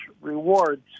rewards